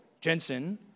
Jensen